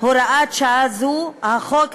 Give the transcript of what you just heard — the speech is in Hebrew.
שעה זו מונעת,